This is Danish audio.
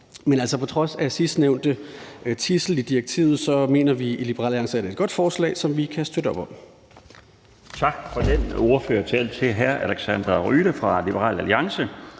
eksisterer. På trods af sidstnævnte tidsel i direktivet mener vi i Liberal Alliance, at det er et godt forslag, og vi kan støtte op om